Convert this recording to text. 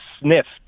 sniffed